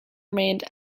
remained